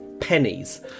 Pennies